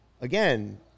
again